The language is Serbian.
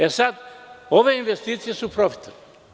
E, sad, ove investicije su profitabilne.